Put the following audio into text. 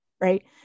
right